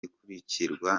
ikurikirwa